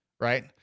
right